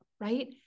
right